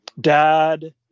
dad